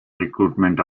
recruitment